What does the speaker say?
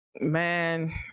man